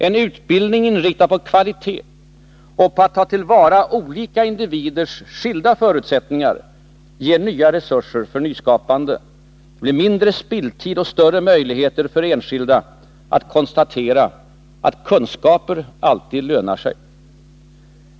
En utbildning inriktad på kvalitet och på att ta till vara olika individers skilda förutsättningar ger nya resurser för nyskapande, mindre spilltid och större möjligheter för enskilda att konstatera att ”kunskaper alltid lönar sig”.